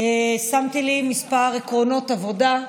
שמתי לי כמה עקרונות עבודה.